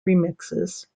remixes